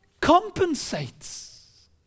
compensates